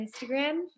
Instagram